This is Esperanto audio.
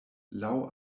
laŭ